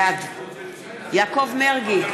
בעד יעקב מרגי,